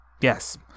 Yes